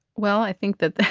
well, i think that